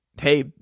hey